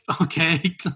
okay